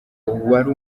wari